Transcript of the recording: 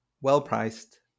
well-priced